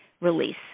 release